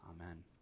Amen